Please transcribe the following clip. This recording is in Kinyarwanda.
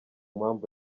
mpamvu